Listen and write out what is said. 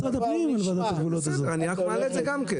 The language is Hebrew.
אני רק מעלה את זה גם כן.